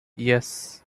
yes